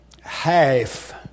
half